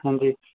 ਹਾਂਜੀ